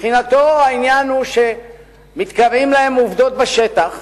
מבחינתו העניין הוא שמתקבעות להן עובדות בשטח.